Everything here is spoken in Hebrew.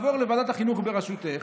לא יעבור לוועדת החינוך בראשותך,